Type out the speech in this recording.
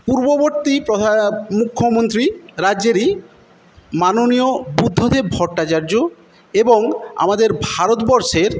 পূর্ববর্তী মুখ্যমন্ত্রী রাজ্যেরই মাননীয় বুদ্ধদেব ভট্টাচার্য এবং আমাদের ভারতবর্ষের